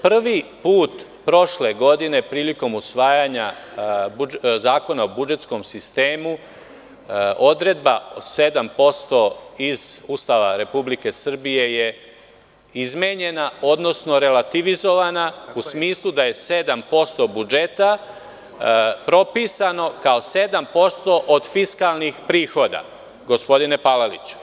Prvi put prošle godine prilikom usvajanja Zakona o budžetskom sistemu odredba od 7% iz Ustava Republike Srbije je izmenjena, odnosno relativizovana u smislu da je 7% budžeta propisano kao 7% od fiskalnih prihoda, gospodine Palaliću.